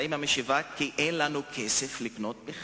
כנסת מזן